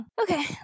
Okay